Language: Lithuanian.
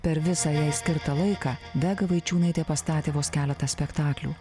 per visą jai skirtą laiką vega vaičiūnaitė pastatė vos keletą spektaklių